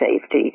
safety